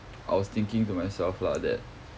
I was thinking to myself lah that